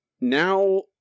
now